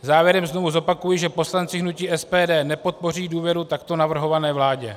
Závěrem znova zopakuji, že poslanci hnutí SPD nepodpoří důvěru takto navrhované vládě.